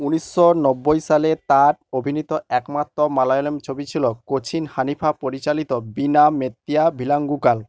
উনিশশো নব্বই সালে তাঁর অভিনীত একমাত্র মালয়ালম ছবি ছিল কোচিন হানিফা পরিচালিত বীণা মেত্তিয়া ভিলাঙ্গুকাল